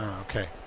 okay